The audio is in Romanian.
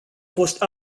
fost